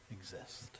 exist